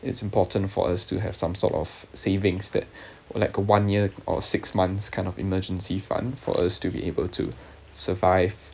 it's important for us to have some sort of savings that would like a one year or six months kind of emergency fund for us to be able to survive